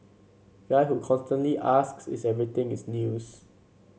guy who constantly asks is everything is news